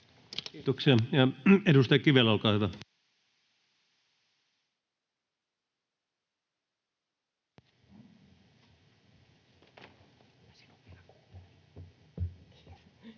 Kiitoksia. — Ja edustaja Kivelä, olkaa hyvä.